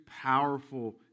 powerful